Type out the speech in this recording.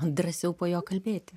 drąsiau po jo kalbėti